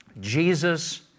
Jesus